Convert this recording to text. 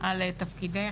על תפקידך,